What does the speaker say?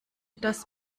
das